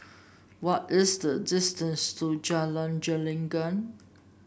what is the distance to Jalan Gelenggang